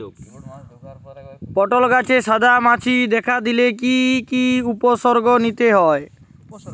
পটল গাছে সাদা মাছি দেখা দিলে কি কি উপসর্গ নিতে হয়?